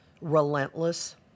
relentless